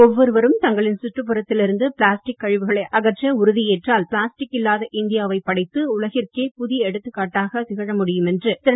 ஒவ்வொருவரும் தங்களின் சுற்றுப்புறத்தில் இருந்து பிளாஸ்டிக் கழிவுகளை அகற்ற உறுதி ஏற்றால் பிளாஸ்டிக் இல்லாத இந்தியாவை படைத்து உலகிற்கே புதிய எடுத்துக் காட்டாக திகழ முடியும் என்று திரு